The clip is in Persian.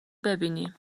ببینی